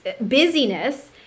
busyness